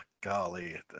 golly